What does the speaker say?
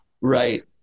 Right